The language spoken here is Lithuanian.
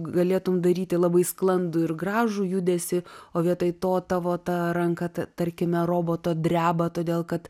galėtum daryti labai sklandų ir gražų judesį o vietoj to tavo ta ranka tarkime roboto dreba todėl kad